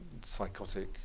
psychotic